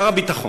שר הביטחון,